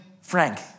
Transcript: Frank